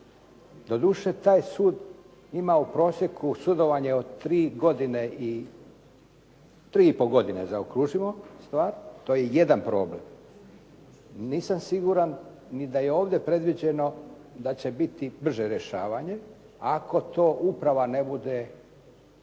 Doduše, taj sud ima u prosjeku sudovanje od 3 godine, 3,5 godine zaokružimo stvar, to je jedan problem. Nisam siguran ni da je ovdje predviđeno da će biti brže rješavanje, ako to uprava ne bude efikasnija,